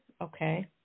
okay